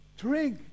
Drink